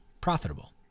profitable